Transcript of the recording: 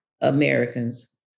Americans